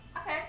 Okay